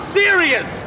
serious